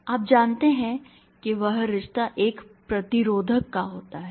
और आप जानते हैं कि वह रिश्ता एक प्रतिरोधक का होता है